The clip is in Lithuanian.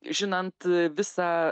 žinant visą